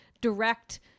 direct